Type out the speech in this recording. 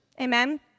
Amen